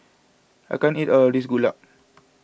I can't eat all of this Gulab